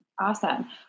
Awesome